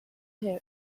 her